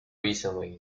recently